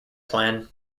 plan